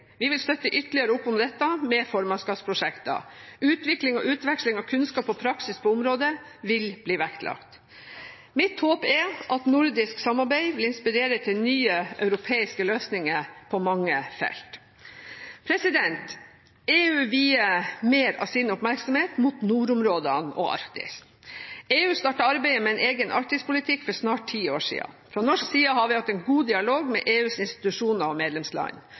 Vi vil støtte ytterligere opp under dette med formannskapsprosjekter. Utvikling og utveksling av kunnskap og praksis på området vil bli vektlagt. Mitt håp er at nordisk samarbeid vil inspirere til nye europeiske løsninger på mange felt. EU vier nordområdene og Arktis mer av sin oppmerksomhet. EU startet arbeidet med en egen arktispolitikk for snart ti år siden. Fra norsk side har vi hatt en god dialog med EUs institusjoner og medlemsland.